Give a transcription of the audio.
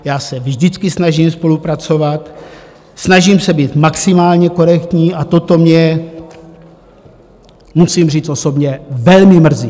Já se vždycky snažím spolupracovat, snažím se být maximálně korektní, a toto mě, musím říct, osobně velmi mrzí.